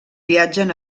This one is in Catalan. viatge